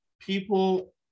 People